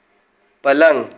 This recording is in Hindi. पलंग